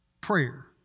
prayer